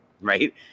right